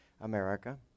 America